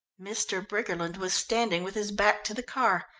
mr. briggerland was standing with his back to the car.